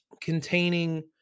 containing